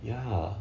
ya